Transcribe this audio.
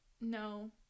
No